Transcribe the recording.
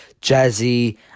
jazzy